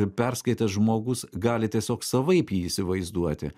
ir perskaitęs žmogus gali tiesiog savaip jį įsivaizduoti